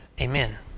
Amen